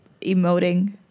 emoting